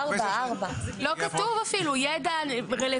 לא כתוב אפילו ידע רלוונטי.